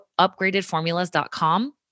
upgradedformulas.com